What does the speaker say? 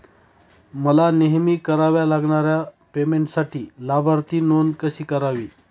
मला नेहमी कराव्या लागणाऱ्या पेमेंटसाठी लाभार्थी नोंद कशी करावी?